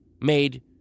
made